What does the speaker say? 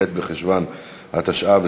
ח' בחשוון התשע"ו,